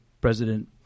President